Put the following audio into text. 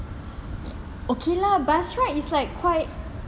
ya okay lah because bus ride is like quite